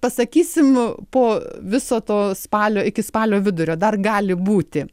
pasakysim po viso to spalio iki spalio vidurio dar gali būti